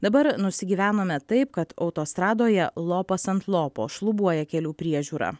dabar nusigyvenome taip kad autostradoje lopas ant lopo šlubuoja kelių priežiūra